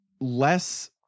less